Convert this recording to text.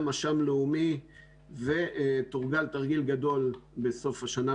היה מש"מ לאומי ותורגל תרגיל גדול בסוף השנה,